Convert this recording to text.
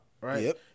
right